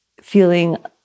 feeling